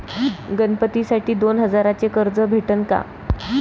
गणपतीसाठी दोन हजाराचे कर्ज भेटन का?